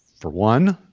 for one,